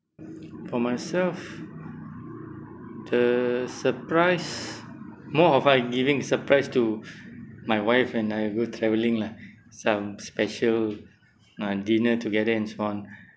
for myself the surprise more of I giving surprise to my wife when I go travelling lah some special uh dinner together and so on